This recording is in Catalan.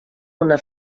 una